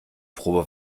probe